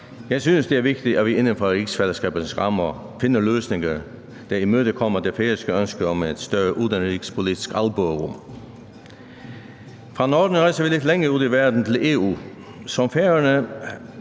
Jeg synes, det er vigtigt, at vi inden for rigsfællesskabets rammer finder løsninger, der imødekommer det færøske ønske om et større udenrigspolitisk albuerum. Fra Norden rejser vi lidt længere ud i verden, nemlig til EU, som Færøerne